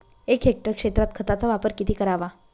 एक हेक्टर क्षेत्रात खताचा वापर किती करावा?